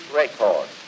record